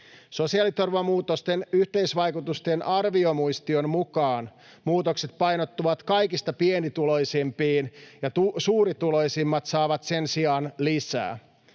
Sosiaaliturvamuutosten yhteisvaikutusten arviomuistion mukaan muutokset painottuvat kaikista pienituloisimpiin ja suurituloisimmat saavat sen sijaan lisää.